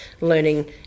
learning